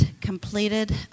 completed